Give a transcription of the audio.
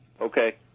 Okay